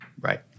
Right